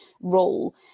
role